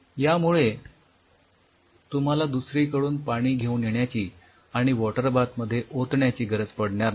यामुळे तुम्हाला दुसरीकडून पाणी घेऊन येण्याची आणि वॉटर बाथ मध्ये ओतण्याची गरज पडणार नाही